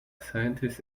scientist